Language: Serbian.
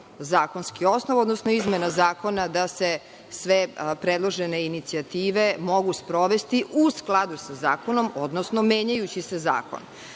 zakonski osnov, odnosno izmena zakona da se sve predložene inicijative mogu sprovesti u skladu sa zakonom, odnosno menjajući se zakon.